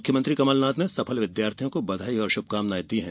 मुख्यमंत्री कमलनाथ ने सफल विद्यार्थियों को बधाई और शुभकामनाए दी है